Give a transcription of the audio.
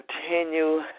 continue